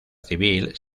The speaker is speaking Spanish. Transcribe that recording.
civil